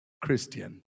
Christian